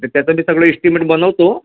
तर त्याचं आता मी सगळं एश्टीमेट बनवतो